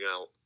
out